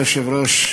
ראויה,